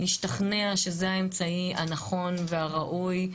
להשתכנע שזה האמצעי הנכון והראוי.